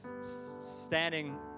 standing